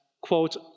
quote